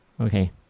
Okay